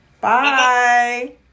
Bye